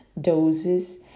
doses